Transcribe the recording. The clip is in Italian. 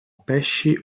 pesci